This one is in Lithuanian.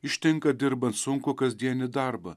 ištinka dirbant sunkų kasdienį darbą